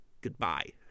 Goodbye